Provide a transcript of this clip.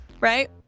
right